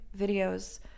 videos